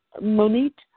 Monique